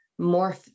morph